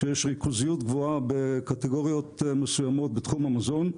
שיש ריכוזיות גבוהה בקטגוריות מסוימות בתחום המזון,